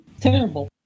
Terrible